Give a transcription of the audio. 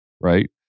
right